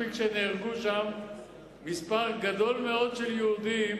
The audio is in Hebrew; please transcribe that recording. מספיק שנהרגו שם מספר גדול מאוד של יהודים